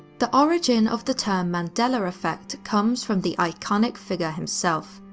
the origin of the term mandela effect comes from the iconic figure himself,